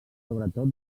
sobretot